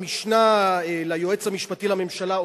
המשנה ליועץ המשפטי לממשלה,